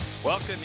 Welcome